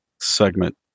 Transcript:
segment